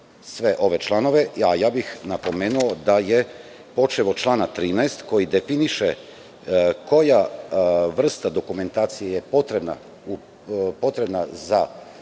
sve ove članove, a napomenuo bih da je počev od člana 13, koji definiše koja vrsta dokumentacije je potrebna za